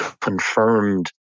confirmed